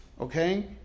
Okay